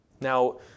Now